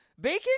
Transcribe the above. bacon